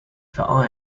for